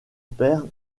père